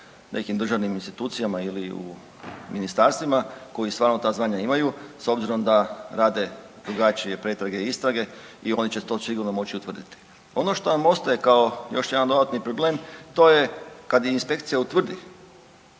nekim državnim institucijama ili u ministarstvima koji stvarno ta znanja imaju s obzirom da rade drugačije pretrage, istrage i oni će to sigurno moći utvrditi. Ono što nam ostaje kao još jedan dodatni problem to je kad i inspekcija utvrdi